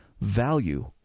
value